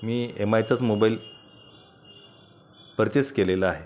मी M आयचाच mobile purchase केलेला आहे